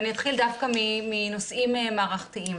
ואני אתחיל דווקא מנושאים מערכתיים.